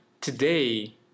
today